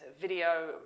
video